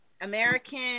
American